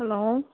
hello